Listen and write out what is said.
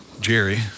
Jerry